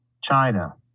China